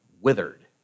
withered